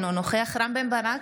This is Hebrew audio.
אינו נוכח רם בן ברק,